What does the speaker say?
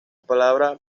palabra